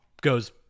goes